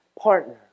partner